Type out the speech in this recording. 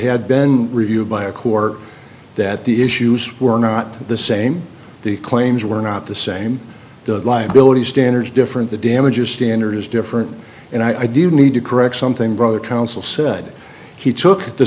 had been reviewed by a court that the issues were not the same the claims were not the same the liability standards different the damages standard is different and i do need to correct something brother counsel said he took the